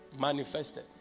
manifested